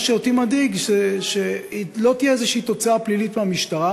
מה שאותי מדאיג: שלא תהיה איזושהי תוצאה פלילית מהמשטרה,